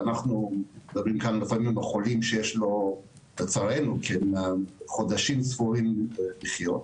אנחנו לפעמים מדברים על חולים שיש להם לצערנו חודשים ספורים לחיות,